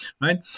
right